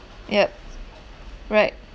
yup right